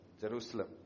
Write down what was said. Jerusalem